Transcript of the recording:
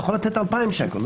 אתה יכול לתת 2,000 שקל,